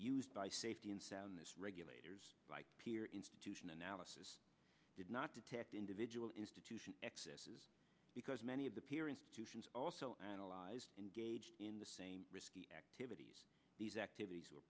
used by safety and soundness regulators appear institution analysis did not detect individual institution excesses because many of the peer institutions also analyzed engaged in the same risky activities these activities